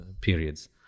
periods